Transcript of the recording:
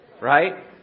right